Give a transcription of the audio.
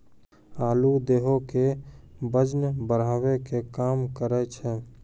आलू देहो के बजन बढ़ावै के काम करै छै